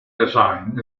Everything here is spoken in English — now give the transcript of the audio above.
design